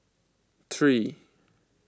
three